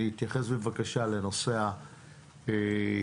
להתייחס בבקשה לנושא השירותים,